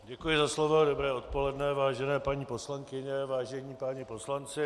Děkuji za slovo a dobré odpoledne, vážené paní poslankyně, vážení páni poslanci.